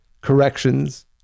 corrections